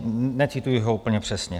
Necituji ho úplně přesně.